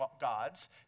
gods